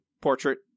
portrait